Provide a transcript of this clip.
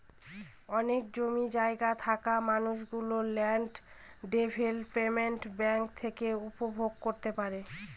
অনেক জমি জায়গা থাকা মানুষ গুলো ল্যান্ড ডেভেলপমেন্ট ব্যাঙ্ক থেকে উপভোগ করতে পারে